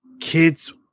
kids